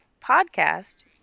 podcast